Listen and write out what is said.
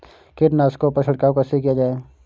कीटनाशकों पर छिड़काव कैसे किया जाए?